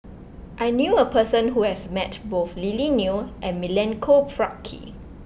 I knew a person who has met both Lily Neo and Milenko Prvacki